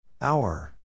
Hour